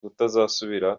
kutazasubira